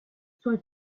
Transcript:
suoi